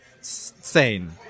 sane